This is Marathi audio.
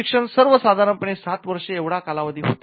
प्रशिक्षण सर्व साधारणपणे सात वर्षे एवढा कालावधीचे होते